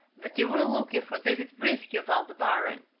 but they weren't looking for david briscoe of aldebaran.